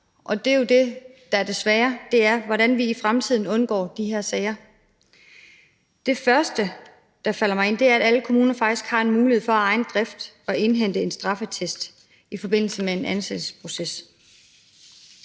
og det er jo det, der er det svære – hvordan vi i fremtiden undgår de her sager. Det første, der falder mig ind, er, at alle kommuner faktisk har en mulighed for af egen drift at indhente en straffeattest i forbindelse med en ansættelsesproces.